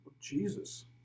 Jesus